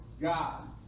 God